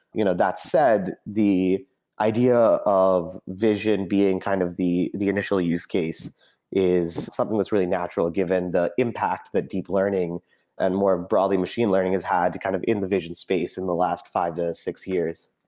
you know that said, the idea of vision being kind of the the initial use case is something that's really natural given the impact that deep learning and, more broadly, machine learning has had to kind of in the vision space in the last five to six years.